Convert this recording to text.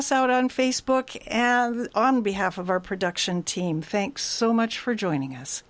us out on facebook and on behalf of our production team thinks so much for joining us